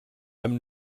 amb